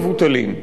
אבל מעבר לזה,